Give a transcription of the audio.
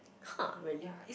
!huh! really